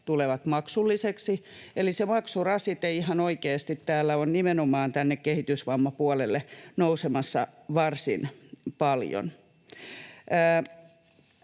tulevat maksullisiksi, eli se maksurasite ihan oikeasti on nimenomaan tänne kehitysvammapuolelle nousemassa varsin paljon.